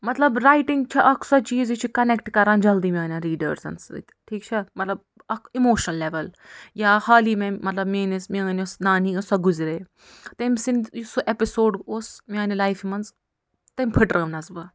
مطلب رایٹِنٛگ چھِ اکھ سۄ چیٖز یہِ چھُ کنٮ۪کٹ کَران جلدی میٛانٮ۪ن ریٖڈٲرزَن سۭتۍ ٹھیٖک چھا مطلب اکھ اِموشن لٮ۪ول یا حالی میں مطلب میٛٲنِس میٲنۍ یۄس نانی ٲس سۄ گُزرے تٔمۍ سٕنٛدۍ یُس سُہ اٮ۪پِسوڈ اوس میٛانہِ لایِفہِ منٛز تٔمۍ پھٕٹرٲونس بہٕ